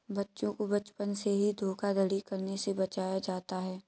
बच्चों को बचपन से ही धोखाधड़ी करने से बचाया जाता है